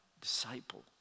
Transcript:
disciple